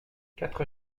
quatre